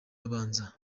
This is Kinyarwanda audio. abanza